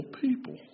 people